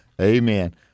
Amen